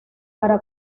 para